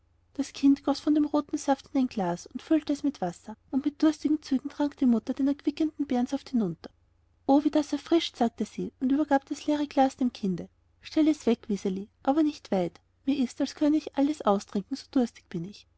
das kind goß von dem roten saft in ein glas und füllte es mit wasser und mit durstigen zügen trank die mutter den erquickenden beerensaft hinunter o wie das erfrischt sagte sie und übergab das leere glas dem kinde stell es weg wiseli aber nicht weit mir ist ich könnte alles austrinken so durstig bin ich